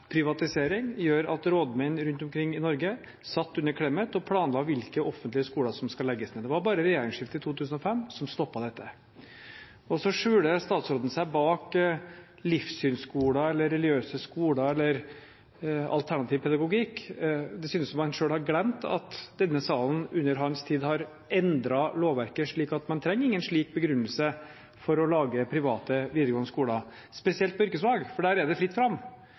privatisering gjorde at rådmenn rundt omkring i Norge satt i Clemets regjeringstid og planla hvilke offentlige skoler som skulle legges ned. Det var bare regjeringsskiftet i 2005 som stoppet dette. Så skjuler statsråden seg bak livssynsskoler eller religiøse skoler eller alternativ pedagogikk. Det synes som om man har glemt at denne salen under hans tid har endret lovverket slik at man ikke trenger en slik begrunnelse for å opprette private videregående skoler – spesielt for yrkesfag, for der er det fritt fram